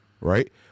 right